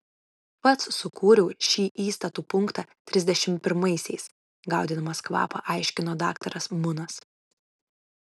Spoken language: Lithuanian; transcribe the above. pats sukūriau šį įstatų punktą trisdešimt pirmaisiais gaudydamas kvapą aiškino daktaras munas